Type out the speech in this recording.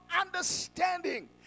understanding